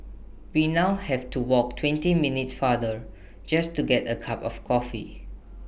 we now have to walk twenty minutes farther just to get A cup of coffee